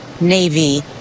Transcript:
Navy